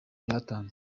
byatanzwe